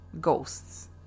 ghosts